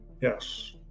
Yes